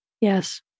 Yes